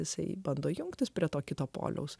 jisai bando jungtis prie to kito poliaus